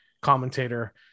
commentator